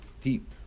deep